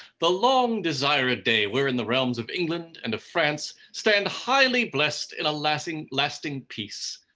the long-desired day, wherein the realms of england and of france stand highly blessed in a lasting lasting peace.